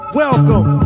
welcome